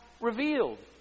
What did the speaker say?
revealed